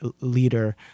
leader